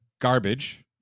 garbage